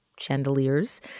chandeliers